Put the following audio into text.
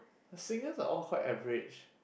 singers are all quite average